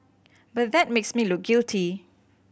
but that makes me look guilty